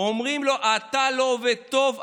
אומרים לו: אתה לא עובד טוב,